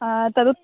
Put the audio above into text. तदु